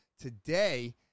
today